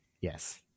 Yes